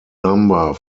number